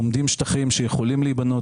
עומדים שטחים שיכולים להיבנות,